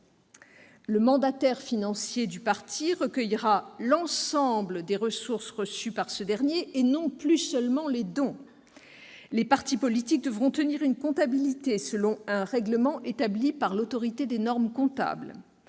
le mandataire financier du parti recueillera l'ensemble des ressources reçues par ce dernier et non plus seulement les dons. Les partis politiques devront tenir une comptabilité selon un règlement établi par l'Autorité des normes comptables.